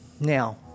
Now